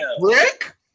Rick